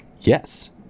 yes